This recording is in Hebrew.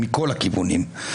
מכל הכיוונים.